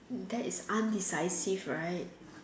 that is undecisive right